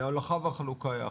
ההולכה והחלוקה יחד.